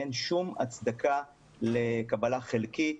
אין שום הצדקה לקבלה חלקית